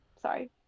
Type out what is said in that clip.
Sorry